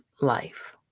life